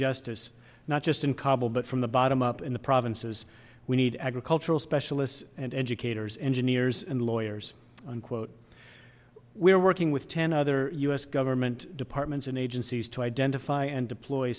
justice not just in kabul but from the bottom up in the provinces we need agricultural specialists and educators engineers and lawyers unquote we're working with ten other u s government departments and agencies to identify and deploy